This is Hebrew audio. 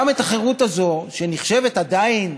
גם את החירות הזו, שנחשבת עדיין